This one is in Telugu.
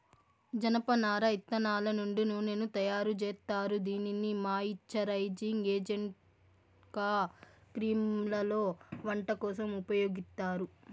జనపనార ఇత్తనాల నుండి నూనెను తయారు జేత్తారు, దీనిని మాయిశ్చరైజింగ్ ఏజెంట్గా క్రీమ్లలో, వంట కోసం ఉపయోగిత్తారు